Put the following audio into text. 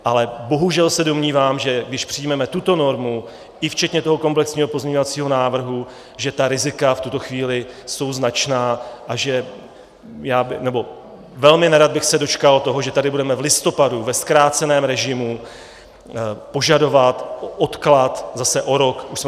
Ale bohužel se domnívám, že když přijmeme tuto normu i včetně toho komplexního pozměňovacího návrhu, že ta rizika v tuto chvíli jsou značná, a velmi nerad bych se dočkal toho, že tady budeme v listopadu ve zkráceném režimu požadovat odklad zase o rok.